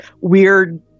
weird